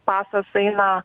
pasas eina